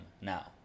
now